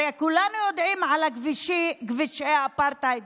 הרי כולנו יודעים על כבישי האפרטהייד